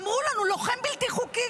אמרו לנו: לוחם בלתי חוקי.